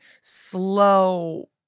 slow